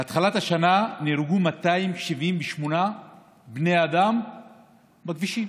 מהתחלת השנה נהרגו 278 בני אדם בכבישים,